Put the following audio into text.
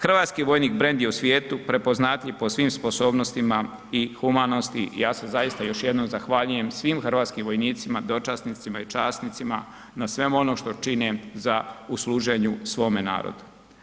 Hrvatski vojnik brand je u svijetu prepoznatljiv po svim sposobnostima i humanosti i ja se zaista još jednom zahvaljujem svim hrvatskim vojnicima, dočasnicima i časnicima na svemu onom što čine za u služenju svome narodu.